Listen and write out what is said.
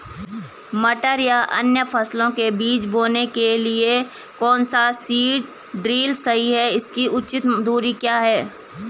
मटर या अन्य फसलों के बीज बोने के लिए कौन सा सीड ड्रील सही है इसकी उचित दूरी क्या है?